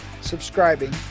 subscribing